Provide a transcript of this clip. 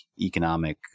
economic